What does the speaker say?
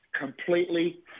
completely